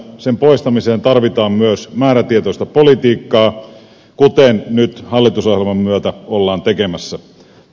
sen poistamiseen tarvitaan myös määrätietoista politiikkaa jota nyt hallitusohjelman myötä ollaan tekemässä